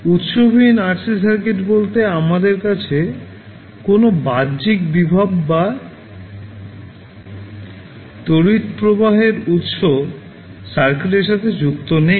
উৎসবিহীন RC circuit বলতে আমাদের কাছে কোনও বাহ্যিক ভোল্টেজ বা তড়িৎ প্রবাহের উৎস সার্কিটের সাথে যুক্ত নেই